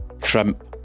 crimp